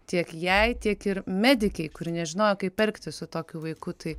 tiek jai tiek ir medikei kuri nežinojo kaip elgtis su tokiu vaiku tai